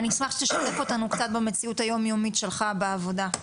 אני אשמח שתשתף אותנו קצת במציאות היומיומית שלך בעבודה.